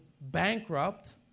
bankrupt